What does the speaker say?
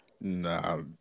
Nah